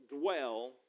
dwell